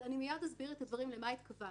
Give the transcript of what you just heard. מייד אסביר למה התכוונתי,